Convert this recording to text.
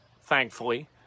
thankfully